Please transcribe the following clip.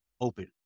open